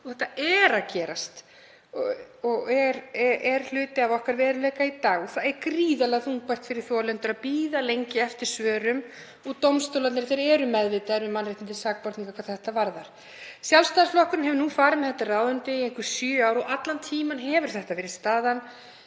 Þetta er að gerast og er hluti af okkar veruleika í dag. Það er gríðarlega þungbært fyrir þolendur að bíða lengi eftir svörum og dómstólarnir eru meðvitaðir um mannréttindi sakborninga hvað þetta varðar. Sjálfstæðisflokkurinn hefur farið með þetta ráðuneyti í sjö ár og allan tímann hefur þetta verið staðan.